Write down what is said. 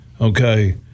Okay